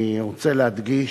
אני רוצה להדגיש,